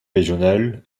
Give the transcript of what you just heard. régional